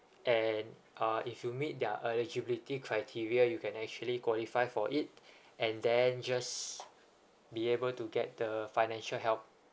and uh if you meet their eligibility criteria you can actually qualify for it and then just be able to get the financial help